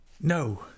No